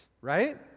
Right